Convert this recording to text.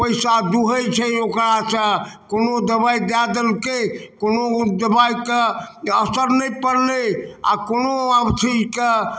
पैसा दूहैत छै ओकरासँ कोनो दवाइ दै देलकै कोनो दवाइके असर नहि पड़लै आ कोनो अथीके